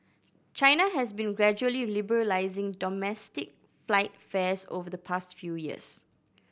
China has been gradually liberalising domestic flight fares over the past few years